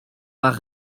bar